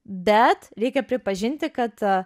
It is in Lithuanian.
bet reikia pripažinti kad